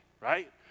right